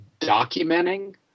documenting